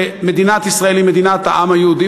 שמדינת ישראל היא מדינת העם היהודי,